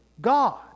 God